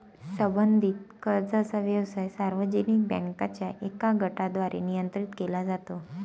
संबंधित कर्जाचा व्यवसाय सार्वजनिक बँकांच्या एका गटाद्वारे नियंत्रित केला जातो